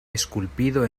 esculpido